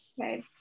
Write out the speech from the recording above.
Right